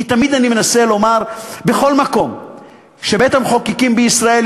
כי תמיד אני מנסה לומר בכל מקום שבית-המחוקקים בישראל,